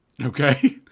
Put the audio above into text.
Okay